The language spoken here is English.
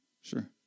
Sure